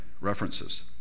references